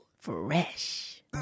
Fresh